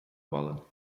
bola